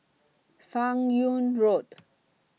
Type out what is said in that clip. fan Yoong Road